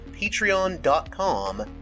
patreon.com